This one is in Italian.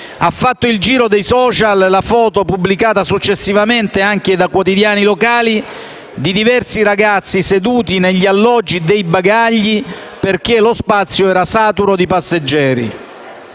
ha fatto il giro dei *social* la foto, pubblicata successivamente anche da quotidiani locali, di diversi ragazzi seduti negli alloggi dei bagagli, perché lo spazio era saturo di passeggeri.